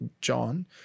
John